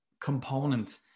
component